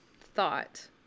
thought